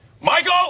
Michael